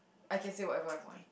I can say whatever I want